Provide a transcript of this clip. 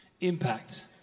impact